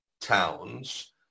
towns